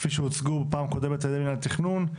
כפי שהוצגו פעם קודמת על ידי מינהל התכנון.